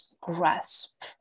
grasp